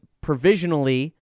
provisionally